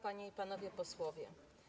Panie i Panowie Posłowie!